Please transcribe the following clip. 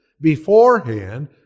beforehand